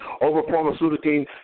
over-pharmaceutical